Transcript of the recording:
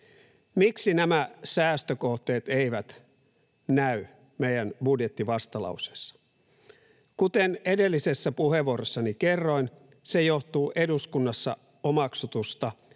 Miksi nämä säästökohteet eivät näy meidän budjettivastalauseessamme? Kuten edellisessä puheenvuorossani kerroin, se johtuu eduskunnassa omaksutuista